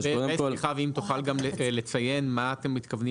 ואם תוכל גם לציין מה אתם מתכוונים